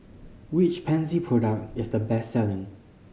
which Pansy product is the best selling